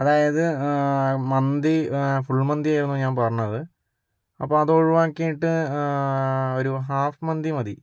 അതായത് മന്തി ഫുൾമന്തിയായിരുന്നു ഞാൻ പറഞ്ഞത് അപ്പം അത് ഒഴുവാക്കിയിട്ട് ഒരു ഹാഫ് മന്തിമതി